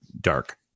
dark